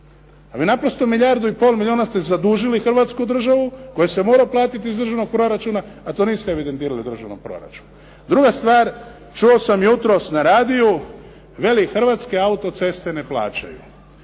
Ali naprosto milijardu i pol milijuna ste zadužili državu koji se morao platiti iz državnog proračuna, a to niste evidentirali u državnom proračunu. Druga stvar, čuo sam jutros na radiju veli Hrvatske autoceste ne plaćaju.